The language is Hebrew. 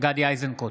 גדי איזנקוט,